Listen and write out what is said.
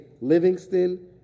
Livingston